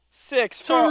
six